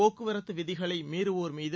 போக்குவரத்து விதிகளை மீறுவோர்மீது